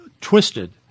twisted